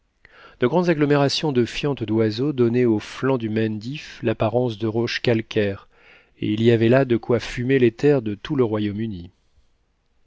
de grandes agglomérations de fientes d'oiseaux donnaient aux flancs du mendif l'apparence de roches calcaires et il y avait là de quoi fumer les terres de tout le royaume-uni